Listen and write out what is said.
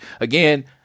Again